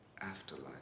afterlife